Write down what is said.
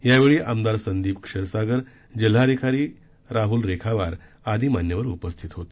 यावेळी आमदार संदीप क्षीरसागर जिल्हाधिकारी राहुल रेखावार आदी मान्यवर उपस्थित होते